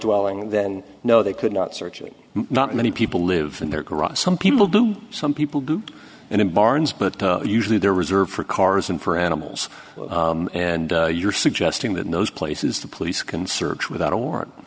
dwelling then no they could not searching not many people live in their garage some people do some people do in a barns but usually there are reserved for cars and for animals and you're suggesting that in those places the police can search without a warrant